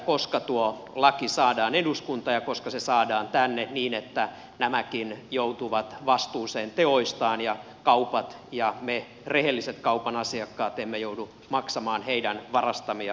koska tuo laki saadaan eduskuntaan ja koska se saadaan tänne niin että nämäkin joutuvat vastuuseen teoistaan ja kaupat ja me rehelliset kaupan asiakkaat emme joudu maksamaan heidän varastamia tavaroita